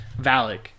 Valak